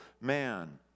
man